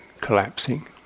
collapsing